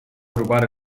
rubare